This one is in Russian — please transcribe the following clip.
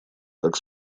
как